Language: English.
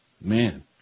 man